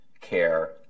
care